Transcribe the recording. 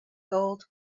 gold